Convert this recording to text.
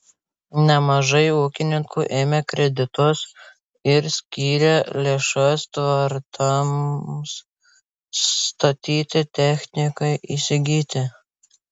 nemažai ūkininkų ėmė kreditus ir skyrė lėšas tvartams statyti technikai įsigyti